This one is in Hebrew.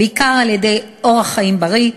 בעיקר על-ידי אורח חיים בריא,